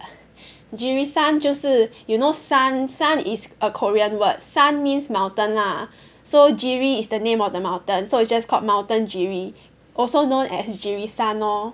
Jirisan 就是 you know 山 san is a korean word san means mountain lah so Jiri is the name of the mountain so it's just called mountain Jiri also known as Jirisan lor